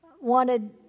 wanted